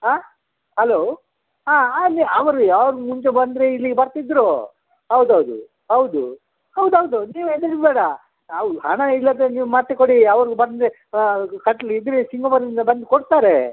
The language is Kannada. ಆಂ ಹಲೋ ಹಾಂ ಅದೇ ಅವ್ರೇನಾ ಅವ್ರು ಮುಂಚೆ ಬಂದರೆ ಇಲ್ಲಿಗೆ ಬರ್ತಿದ್ದರು ಹೌದು ಹೌದು ಹೌದು ಹೌದು ಹೌದು ನೀವು ಹೆದ್ರೋದ್ ಬೇಡ ಹೌದು ಹಣ ಇಲ್ದಿದ್ರೆ ನೀವು ಮತ್ತೆ ಕೊಡಿ ಅವ್ರು ಬಂದರೆ ಕಟ್ಲಿ ಇದ್ದರೆ ಸಿಂಗಾಪುರ್ದಿಂದ ಬಂದು ಕೊಡ್ತಾರೆ